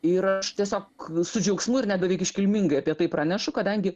ir aš tiesiog su džiaugsmu ir net beveik iškilmingai apie tai pranešu kadangi